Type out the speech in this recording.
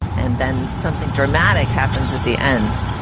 and then something dramatic happens at the end.